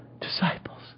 Disciples